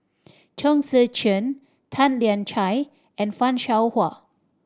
Chong Tze Chien Tan Lian Chye and Fan Shao Hua